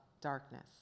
darkness